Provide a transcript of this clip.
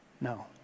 No